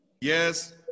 Yes